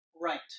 Right